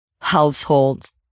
households